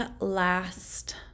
last